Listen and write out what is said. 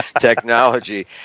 technology